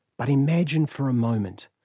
but imagine, for a moment,